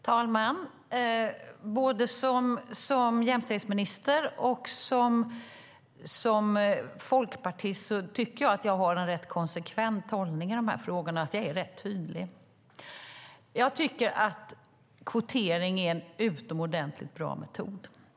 Herr talman! Jag tycker att jag både som jämställdhetsminister och som folkpartist har en rätt konsekvent hållning i dessa frågor och att jag är rätt tydlig. Jag tycker att kvotering är en utomordentligt bra metod.